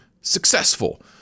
successful